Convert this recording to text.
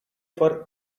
for